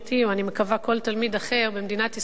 או אני מקווה כל תלמיד אחר במדינת ישראל,